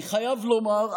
אני חייב לומר,